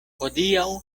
hodiaŭ